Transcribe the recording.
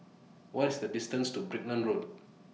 What IS The distance to Brickland Road